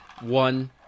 one